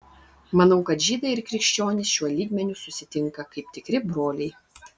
manau kad žydai ir krikščionys šiuo lygmeniu susitinka kaip tikri broliai